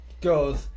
goes